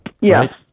Yes